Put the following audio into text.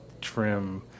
trim